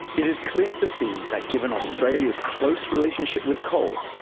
it is clear to see that given australia's close relationship with coal,